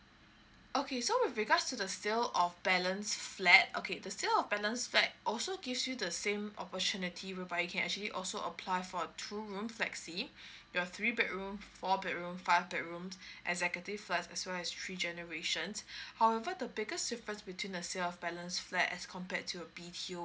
okay so with regards to the sale of balance flat okay the sale of balance flat also gives you the same opportunity but you can actually also apply for a two room flexi there're three bedroom four bedroom five bedrooms executive first as well as three generations however the biggest different between the sale of balance flat as compared to a B_T_O